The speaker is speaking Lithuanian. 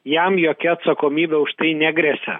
jam jokia atsakomybė už tai negresia